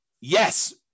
Yes